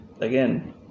Again